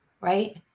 right